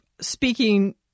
speaking